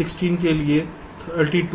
16 के लिए 32 यह 64